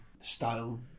style